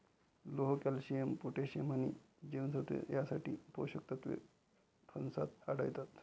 लोह, calcium, potassium आणि जीवनसत्त्वे यांसारखी पोषक तत्वे फणसात आढळतात